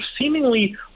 seemingly